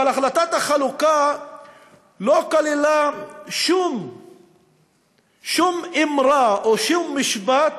אבל החלטת החלוקה לא כללה שום אמרה או שום משפט